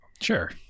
Sure